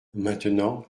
maintenant